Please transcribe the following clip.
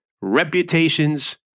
reputations